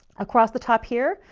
across the top here,